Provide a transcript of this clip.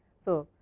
so,